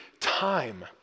time